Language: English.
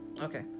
Okay